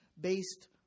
based